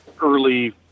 early